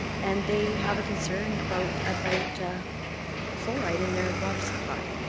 and they have a concern about about ah fluoride in their water supply.